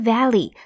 Valley